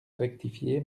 rectifié